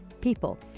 people